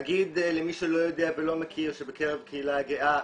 אגיד למי שלא יודע ולא מכיר שבקרב הקהילה הגאה,